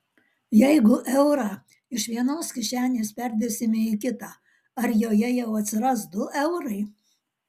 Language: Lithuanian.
jeigu eurą iš vienos kišenės perdėsime į kitą ar joje jau atsiras du eurai